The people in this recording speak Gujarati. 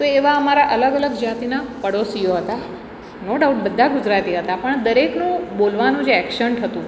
તો એવા અમારા અલગ અલગ જાતિના પડોશિયો હતા નો ડાઉટ બધા ગુજરાતી હતા પણ દરેકનું બોલવાનું જે એક્સન્ટ હતું